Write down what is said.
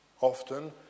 Often